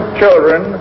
children